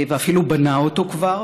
ואפילו בנה אותו כבר.